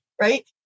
Right